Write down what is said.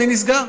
אני נסגר.